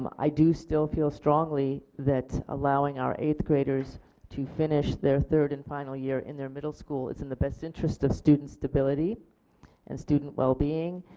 um i do feel strongly that allowing our eighth-graders to finish their third and final year in their middle school is in the best interest of student stability and student well-being,